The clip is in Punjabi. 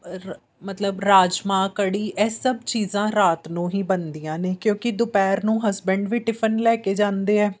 ਰਾ ਮਤਲਬ ਰਾਜਮਾਂਹ ਕੜ੍ਹੀ ਇਹ ਸਭ ਚੀਜ਼ਾਂ ਰਾਤ ਨੂੰ ਹੀ ਬਣਦੀਆਂ ਨੇ ਕਿਉਂਕਿ ਦੁਪਹਿਰ ਨੂੰ ਹਸਬੈਂਡ ਵੀ ਟਿਫਨ ਲੈ ਕੇ ਜਾਂਦੇ ਹੈ